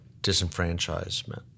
disenfranchisement